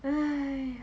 哎